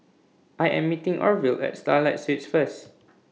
I Am meeting Orvil At Starlight Suites First